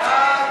הוועדה,